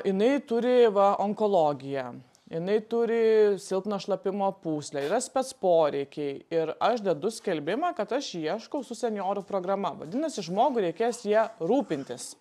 jinai turi va onkologiją jinai turi silpną šlapimo pūslę yra spec poreikiai ir aš dedu skelbimą kad aš ieškau su senjorų programa vadinasi žmogui reikės ja rūpintis